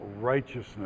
righteousness